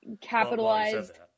capitalized